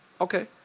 okay